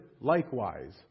likewise